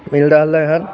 हिल रहलै हन